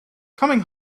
coming